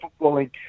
footballing